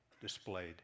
displayed